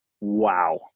wow